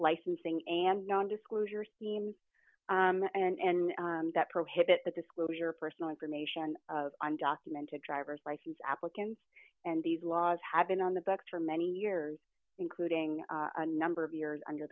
licensing and non disclosure seams and that prohibit the disclosure personal information of undocumented driver's license applicants and these laws have been on the books for many years including a number of years under